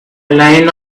line